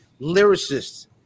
lyricists